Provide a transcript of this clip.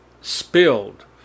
spilled